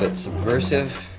but subversive